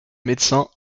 médecin